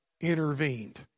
intervened